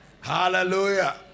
Hallelujah